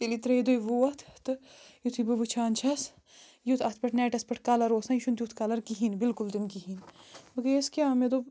ییٚلہِ یہِ ترٛیہِ دُہۍ ووت تہٕ یُتھٕے بہٕ وٕچھان چھَس یُتھ اَتھ پٮ۪ٹھ نٮ۪ٹس پٮ۪ٹھ کَلر اوس نَہ یہِ چھُنہٕ تیُتھ کَلر کِہیٖنۍ بلکُل تہِ نہٕ کِہیںۍ بہٕ گٔیس کیٛاہ مےٚ دوٚپ